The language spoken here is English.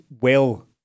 well-